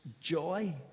joy